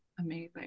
Amazing